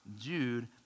Jude